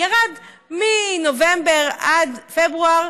ירד מנובמבר עד פברואר,